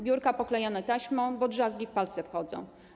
Biurka poklejone taśmą, bo drzazgi w palce wchodzą.